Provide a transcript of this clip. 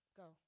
go